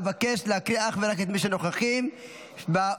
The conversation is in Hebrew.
אבקש להקריא אך ורק את מי שנוכחים באולם.